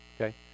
okay